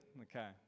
okay